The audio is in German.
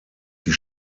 die